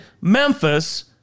Memphis